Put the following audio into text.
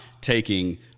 taking